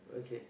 okay